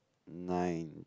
nine